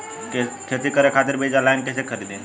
खेती करे खातिर बीज ऑनलाइन कइसे खरीदी?